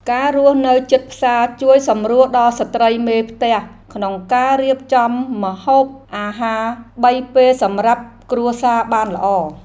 ការរស់នៅជិតផ្សារជួយសម្រួលដល់ស្ត្រីមេផ្ទះក្នុងការរៀបចំម្ហូបអាហារបីពេលសម្រាប់គ្រួសារបានល្អ។